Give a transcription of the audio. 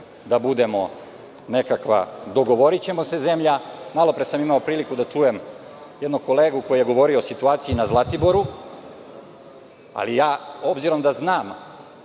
da budemo nekakva „dogovorićemo se zemlja“.Malopre sam imao priliku da čujem jednog kolegu koji je govorio o situaciji na Zlatiboru. Obzirom da znam